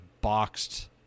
boxed